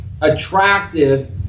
attractive